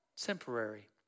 temporary